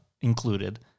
included